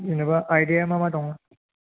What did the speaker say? जेनेबा आयदाया मा मा दं